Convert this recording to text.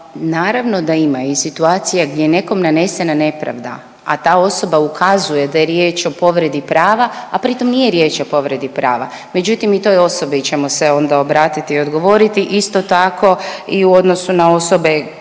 Naravno da ima i situacija gdje je nekom nanesena nepravda, a ta osoba ukazuje da je riječ o povredi prava, a pri tom nije riječ o povredi prava, međutim i toj osobi ćemo se onda obratiti i odgovoriti. Isto tako i u odnosu na osobe